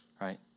right